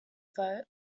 vote